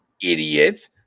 Idiot